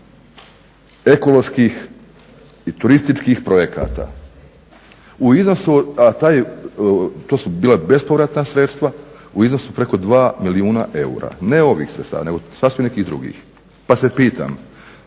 ekoloških i turističkih projekata, a to su bila bespovratna sredstva u iznosu preko 2 milijuna eura. Ne ovih sredstava nego sasvim nekih drugih. Pa se pitam,